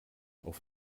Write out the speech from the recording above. auf